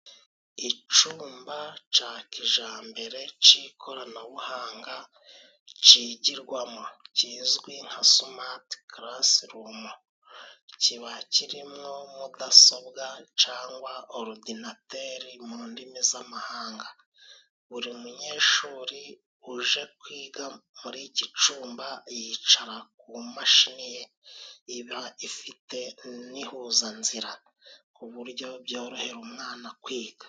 Icumba ca kijambere c'ikoranabuhanga cigirwamo, kizwi nka sumati karasirumu, kiba kirimwo mudasobwa cangwa orudinateri mu ndimi z'amahanga, buri munyeshuri uje kwiga muri iki cumba yicara ku mashini ye, iba ifite n'ihuzanzira ku buryo byorohera umwana kwiga.